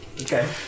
Okay